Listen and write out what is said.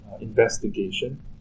investigation